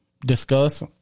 Discuss